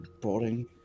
boring